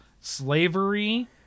slavery